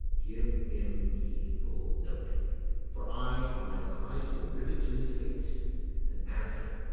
give him heedful note for i mine eyes will rivet to his face and, after,